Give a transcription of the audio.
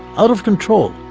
out of control!